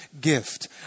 gift